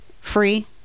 free